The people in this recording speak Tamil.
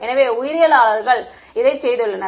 எனவே உயிரியலாளர்கள் இதைச் செய்துள்ளனர்